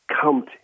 come